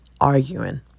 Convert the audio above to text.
arguing